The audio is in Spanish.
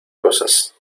cosas